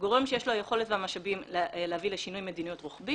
גורם שיש לו יכולת ומשאבים להביא לשינוי מדיניות רוחבי